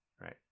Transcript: right